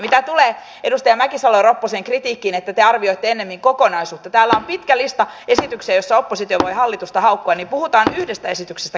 mitä tulee edustaja mäkisalo ropposen kritiikkiin että te arvioitte ennemmin kokonaisuutta niin kun täällä on pitkä lista esityksiä joista oppositio voi hallitusta haukkua niin puhutaan nyt yhdestä esityksestä kerrallaan